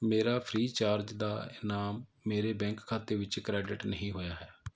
ਮੇਰਾ ਫ੍ਰੀਚਾਰਜ ਦਾ ਇਨਾਮ ਮੇਰੇ ਬੈਂਕ ਖਾਤੇ ਵਿੱਚ ਕ੍ਰੈਡਿਟ ਨਹੀਂ ਹੋਇਆ ਹੈ